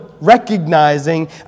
recognizing